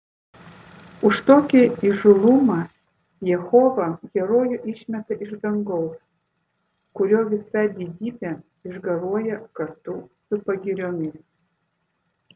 už tokį įžūlumą jehova herojų išmeta iš dangaus kurio visa didybė išgaruoja kartu su pagiriomis